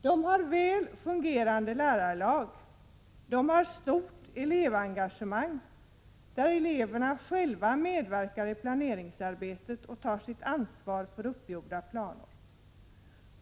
De har väl fungerande lärarlag samt stort elevengagemang, där eleverna själva medverkar i planeringsarbetet och tar sitt ansvar för uppgjorda planer.